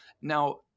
Now